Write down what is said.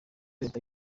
leta